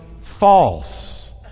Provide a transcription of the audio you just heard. false